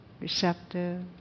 receptive